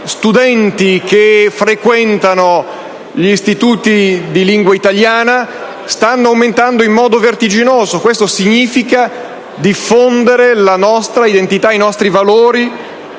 studenti che frequentano gli istituti di lingua italiana sta aumentando in modo vertiginoso e ciò significa diffondere la nostra identità e i nostri valori